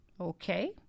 Okay